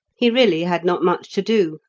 he really had not much to do,